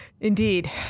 Indeed